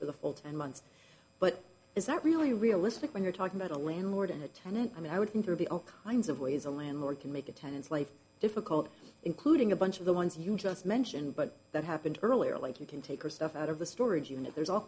for the full ten months but is that really realistic when you're talking about a landlord tenant i mean i wouldn't rubio kinds of ways a landlord can make a tenants life difficult including a bunch of the ones you just mentioned but that happened earlier like you can take her stuff out of the storage unit there's all